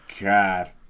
God